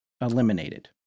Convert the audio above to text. eliminated